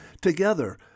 together